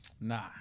Nah